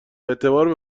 اعتبار